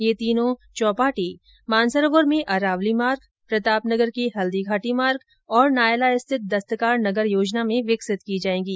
ये तीनों चौपाटी मानसरोवर में अरावली मार्ग प्रतापनगर के हल्दीघाटी मार्ग और नायला स्थित दस्तकार नगर योजना में विकसित की जाएंगी